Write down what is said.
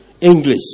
English